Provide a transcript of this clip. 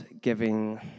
giving